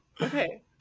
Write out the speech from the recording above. okay